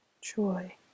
joy